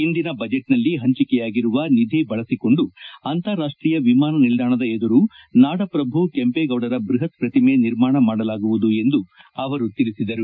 ಹಿಂದಿನ ಬಣೆಟ್ನಲ್ಲಿ ಪಂಚಿಕೆಯಾಗಿರುವ ನಿಧಿ ಬಳಸಿಕೊಂಡು ಅಂತಾರಾಷ್ಷೀಯ ವಿಮಾನ ನಿಲ್ದಾಣದ ಎದುರು ನಾಡಪ್ರಭು ಕೆಂಪೇಗೌಡರ ಬ್ಬಹತ್ ಪ್ರತಿಮೆ ನಿರ್ಮಾಣ ಮಾಡಲಾಗುವುದು ಎಂದು ಅವರು ತಿಳಿಸಿದರು